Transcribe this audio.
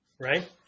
right